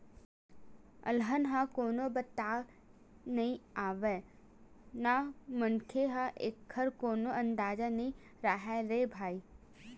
अलहन ह कोनो बताके नइ आवय न मनखे ल एखर कोनो अंदाजा नइ राहय रे भई